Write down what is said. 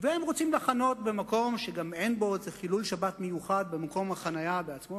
והם רוצים לחנות במקום שאין בו חילול שבת מיוחד במקום החנייה בעצמו,